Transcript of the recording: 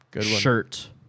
shirt